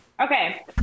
okay